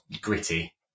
gritty